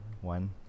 one